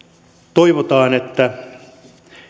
toivotaan että